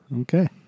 Okay